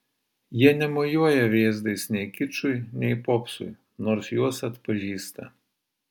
jie nemojuoja vėzdais nei kičui nei popsui nors juos atpažįsta